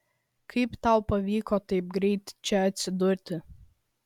kaip tau pavyko taip greit čia atsidurti